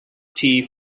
tea